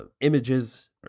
images